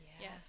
Yes